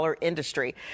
industry